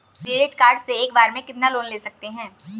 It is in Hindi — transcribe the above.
क्रेडिट कार्ड से एक बार में कितना लोन ले सकते हैं?